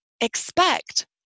expect